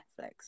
Netflix